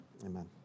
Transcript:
Amen